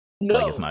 No